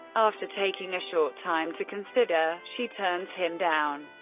after taking a short time to consider, she turns him down.